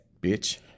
bitch